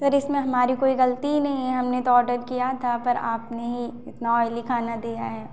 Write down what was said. sir इसमें हमारी कोई ग़लती ही नहीं है हमने तो आर्डर किया था पर अपने ही इतना ऑयली खाना दिया है